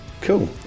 Cool